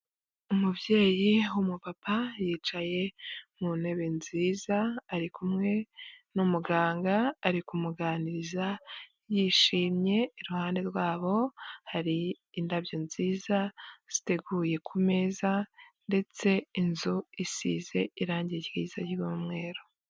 Umubyeyi w'umu papa yicaye mu ntebe nziza ari kumwe n'umuganga ari kumuganiriza yishimye iruhande rwabo hari indabyo nziza ziteguye ku meza ndetse inzu isize irangi ryiza ry'umweru.